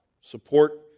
support